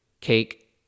cake